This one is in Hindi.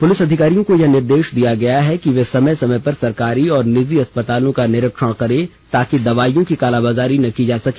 पुलिस अधिकारियों को यह निर्देष दिया गया है कि वे समय समय पर सरकारी और निजी अस्पतालों का निरीक्षण करे ताकि दवाओं की कालाबाजारी न की जा सके